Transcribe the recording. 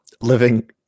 living